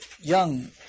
Young